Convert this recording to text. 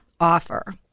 offer